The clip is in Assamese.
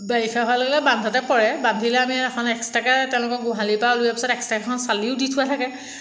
বাৰিষা হোৱাৰ লগে লগে বান্ধতে পৰে বান্ধিলে আমি এখন এক্সট্ৰাকৈ তেওঁলোকক গোহালিৰপৰা ওলোৱাৰ পিছত এক্সট্ৰাকৈ এখন চালিও দি থোৱা থাকে